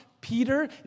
Peter